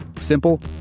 Simple